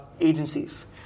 agencies